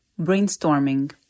Brainstorming